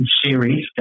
series